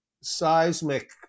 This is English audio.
seismic